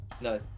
No